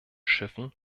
schiffen